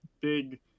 big